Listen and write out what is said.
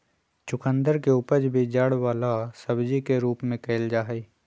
चुकंदर के उपज भी जड़ वाला सब्जी के रूप में कइल जाहई